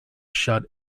shut